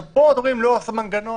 כאן אתם אומרים שלא עשה מנגנון,